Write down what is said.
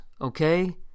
okay